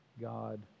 God